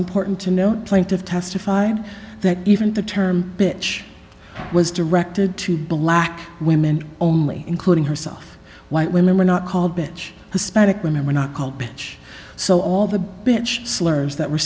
important to know plenty of testify that even the term bitch was directed to black women only including herself white women were not called bitch hispanic women were not called bitch so all the bitch slurs that were